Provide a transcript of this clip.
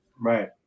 Right